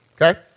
okay